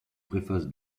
préface